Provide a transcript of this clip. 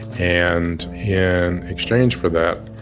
and yeah in exchange for that,